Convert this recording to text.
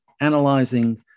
analyzing